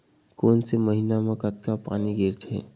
कोन से महीना म कतका पानी गिरथे?